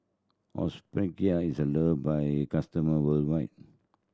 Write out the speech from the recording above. Hospicare is loved by it customer worldwide